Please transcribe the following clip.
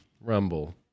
Rumble